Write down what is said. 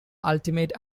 ultimate